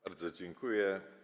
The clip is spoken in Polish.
Bardzo dziękuję.